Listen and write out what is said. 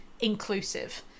inclusive